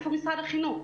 איפה משרד החינוך?